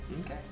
Okay